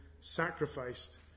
sacrificed